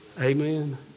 Amen